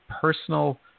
personal